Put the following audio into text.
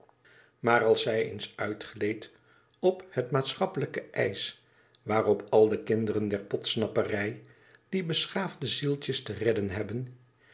maar als zij eens uitgleed op het maatschappelijke ijs waarop al de kinderen der podsnapperij die beschaafde zieltjes te redden hebben